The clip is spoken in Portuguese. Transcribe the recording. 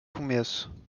começo